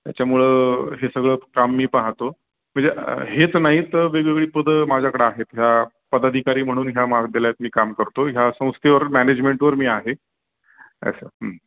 त्याच्यामुळं हे सगळं काम मी पाहातो म्हणजे हेच नाही तर वेगवेगळी पदं माझ्याकडं आहेत ह्या पदाधिकारी म्हणून ह्या महाविद्यालयात मी काम करतो ह्या संस्थेवर मॅनेजमेंटवर मी आहे असं